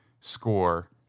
score